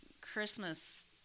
Christmas